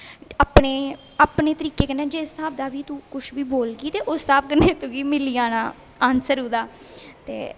अपने तरीके कन्नै जिस स्हाब दा बी तूं बोलगी ते उस स्हाव कन्नै तुगी मिली जाना आनसर ओह्दा ते